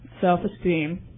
self-esteem